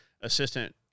assistant